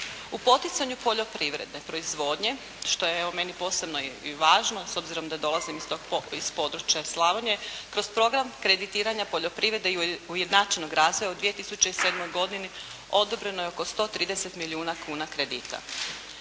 U poticanju poljoprivredne proizvodnje što je evo meni posebno i važno s obzirom da dolazim iz područja Slavonije kroz program kreditiranja poljoprivrede i ujednačenog razvoja u 2007. godini odobreno je oko 130 milijuna kuna kredita.